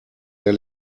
der